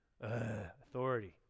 Authority